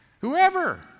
Whoever